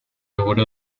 oro